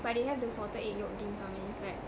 but they have the salted egg yolk dim sum and it's like